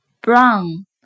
Brown